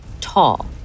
tall